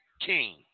king